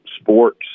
sports